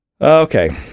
Okay